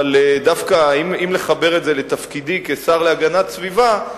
אבל אם לחבר את זה לתפקידי כשר להגנת סביבה,